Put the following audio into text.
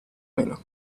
meno